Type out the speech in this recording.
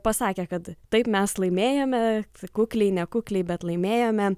pasakė kad taip mes laimėjome kukliai nekukliai bet laimėjome